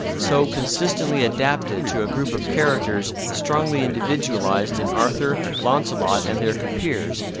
so consistently adapted to a group of characters strongly individualized in arthur, launcelot, and their compeers,